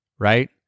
right